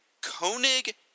Koenig